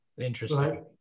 interesting